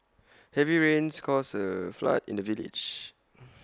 heavy rains caused A flood in the village